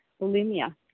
bulimia